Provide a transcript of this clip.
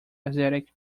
asiatic